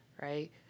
right